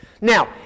now